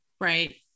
Right